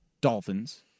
Dolphins